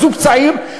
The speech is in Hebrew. זוג צעיר,